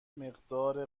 مقدار